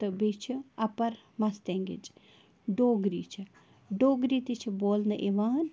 تہٕ بیٚیہِ چھِ اَپَر مَستینٛگٕچ ڈوگری چھےٚ ڈوگری تہِ چھِ بولنہٕ یِوان